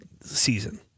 season